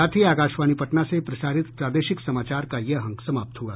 इसके साथ ही आकाशवाणी पटना से प्रसारित प्रादेशिक समाचार का ये अंक समाप्त हुआ